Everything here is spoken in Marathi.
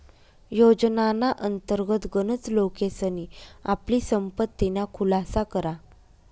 योजनाना अंतर्गत गनच लोकेसनी आपली संपत्तीना खुलासा करा